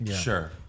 Sure